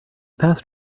passed